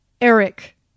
Eric